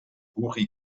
burj